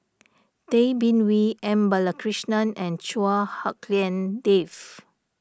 Tay Bin Wee M Balakrishnan and Chua Hak Lien Dave